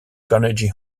carnegie